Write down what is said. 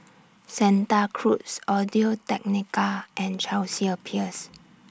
Santa Cruz Audio Technica and Chelsea Peers